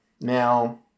now